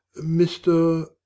Mr